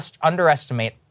underestimate